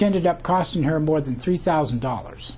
ended up costing her more than three thousand dollars